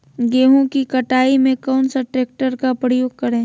गेंहू की कटाई में कौन सा ट्रैक्टर का प्रयोग करें?